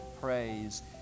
Praise